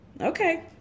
Okay